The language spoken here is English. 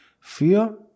fear